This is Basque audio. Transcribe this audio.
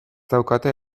daukate